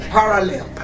Parallel